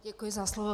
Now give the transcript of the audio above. Děkuji za slovo.